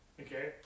Okay